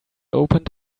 opened